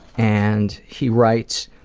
and he writes,